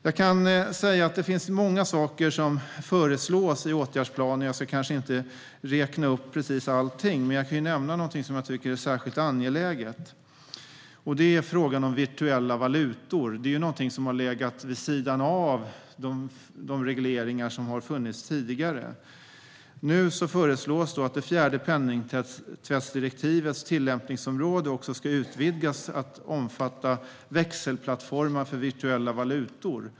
Jag kan säga att det finns många saker som föreslås i åtgärdsplanen. Jag ska kanske inte räkna upp precis allt, men jag kan nämna något som jag tycker är särskilt angeläget. Det är frågan om virtuella valutor. Det här är någonting som legat vid sidan av de regleringar som har funnits tidigare. Nu föreslås att det fjärde penningtvättsdirektivets tillämpningsområde ska utvidgas till att omfatta växelplattformar för virtuella valutor.